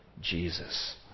Jesus